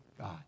God